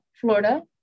Florida